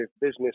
business